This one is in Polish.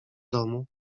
domu